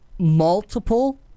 multiple